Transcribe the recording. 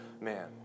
man